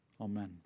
Amen